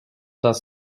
das